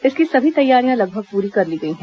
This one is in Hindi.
इसकी सभी तैयारियां लगभग पूरी कर ली गई हैं